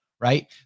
Right